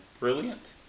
Brilliant